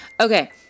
Okay